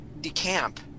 decamp